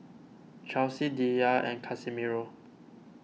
Charlsie Diya and Casimiro